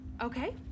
Okay